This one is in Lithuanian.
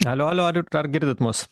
alio alio ar ar girdit mus